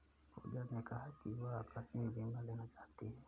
पूजा ने कहा कि वह आकस्मिक बीमा लेना चाहती है